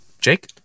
jake